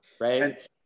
Right